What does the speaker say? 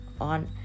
on